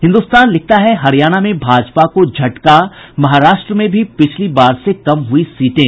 हिन्दुस्तान लिखता है हरियाणा में भाजपा को झटका महाराष्ट्र में भी पिछली बार से कम हुयी सीटें